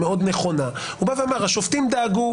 לא נמחקו מהעולם האדם עצמו לא יוכל לדון על עצמו,